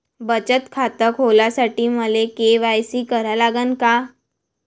बचत खात खोलासाठी मले के.वाय.सी करा लागन का?